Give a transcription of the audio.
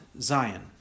Zion